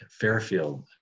fairfield